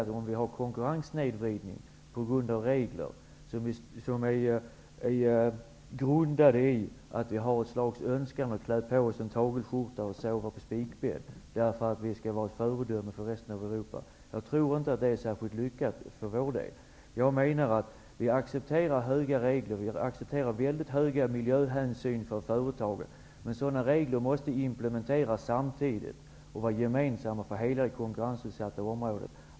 Men om vi har konkurrenssnedvridning på grund av regler som är baserade på ett slags önskan att klä på oss en tagelskjorta och sova på spikbädd därför att vi skall vara ett föredöme för resten av Europa, är det nog inte särskilt lyckat för vår del. Vi accepterar stränga regler och höga miljöhänsyn för företagen. Men sådana regler måste implementeras samtidigt och vara gemensamma för hela det konkurrensutsatta området.